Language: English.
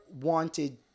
wanted